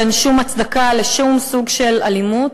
ואין שום הצדקה לשום סוג של אלימות.